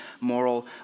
moral